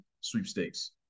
sweepstakes